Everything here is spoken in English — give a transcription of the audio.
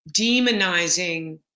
demonizing